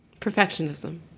Perfectionism